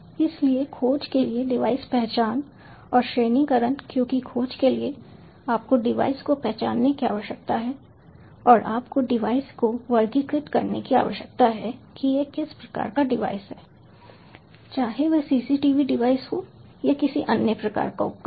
इसलिए खोज के लिए डिवाइस पहचान और श्रेणीकरण क्योंकि खोज के लिए आपको डिवाइस को पहचानने की आवश्यकता है और आपको डिवाइस को वर्गीकृत करने की आवश्यकता है कि यह किस प्रकार का डिवाइस है चाहे वह सीसीटीवी डिवाइस हो या किसी अन्य प्रकार का उपकरण